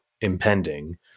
impending